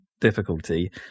difficulty